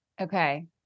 Okay